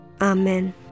Amen